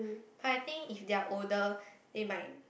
but I think if they're older they might